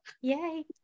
Yay